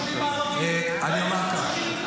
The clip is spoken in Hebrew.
לשיא בהרוגים בתאונות הדרכים,